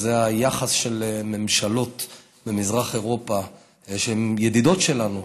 וזה היחס של ממשלות במזרח אירופה שהן ידידות שלנו,